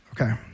okay